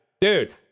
Dude